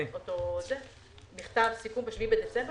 ב-7 בדצמבר,